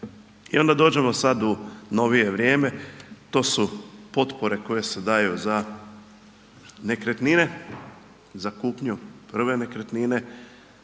i onda dođemo sad u novije vrijeme. To su potpore koje se daju za nekretnine, za kupnju prve nekretnine